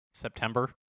september